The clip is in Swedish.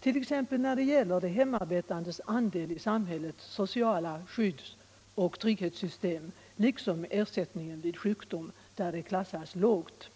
t.ex. när det gäller de hemarbetandes andel i samhällets sociala skydds och trygghetssystem liksom när det gäller ersättningen vid sjukdom, där de klassas mycket lågt.